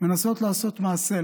מנסות לעשות מעשה,